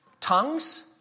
tongues